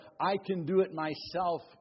I-can-do-it-myself